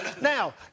Now